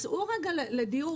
צאו רגע לדיור,